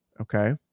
Okay